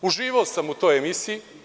Uživao sam u toj emisiji.